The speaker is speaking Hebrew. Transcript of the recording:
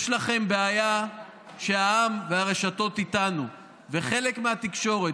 יש לכם בעיה שהעם והרשתות איתנו וחלק מהתקשורת,